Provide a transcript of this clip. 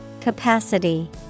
Capacity